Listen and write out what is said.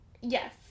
Yes